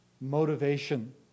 motivation